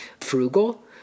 frugal